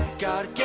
gotta